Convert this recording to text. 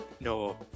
No